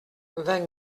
vingt